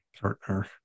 partner